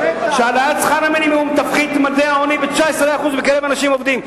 שהעלאת שכר המינימום תפחית את ממדי העוני ב-24% בקרב אנשים עובדים.